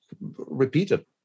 repeated